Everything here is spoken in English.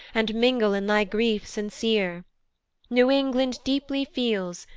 and mingle in thy grief sincere new england deeply feels,